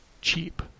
cheap